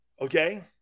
okay